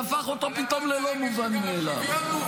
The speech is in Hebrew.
והפך אותו פתאום ללא מובן מאליו.